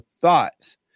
thoughts